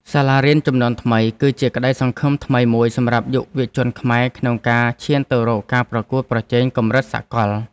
សាលារៀនជំនាន់ថ្មីគឺជាក្តីសង្ឃឹមថ្មីមួយសម្រាប់យុវជនខ្មែរក្នុងការឈានទៅរកការប្រកួតប្រជែងកម្រិតសកល។